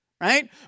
Right